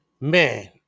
Man